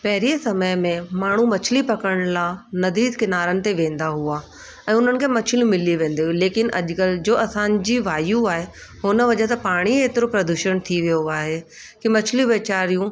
पहिरीं समय में माण्हू मछिली पकिड़ण लाइ नदीसि किनारनि ते वेंदा हुआ ऐं उन्हनि खे मछिलियूं मिली वेंदियूं हुयूं लेकिन अॼु कल्ह जो असांजी वायु आहे हुन वजह सां पाणी एतिरो प्रदूषण थी वियो आहे की मछिलियूं वेचारियूं